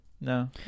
No